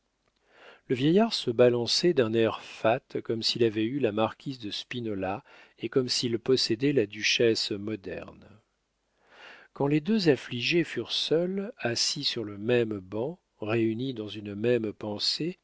le vieillard se balançait d'un air fat comme s'il avait eu la marquise de spinola et comme s'il possédait la duchesse moderne quand les deux affligés furent seuls assis sur le même banc réunis dans une même pensée